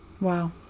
Wow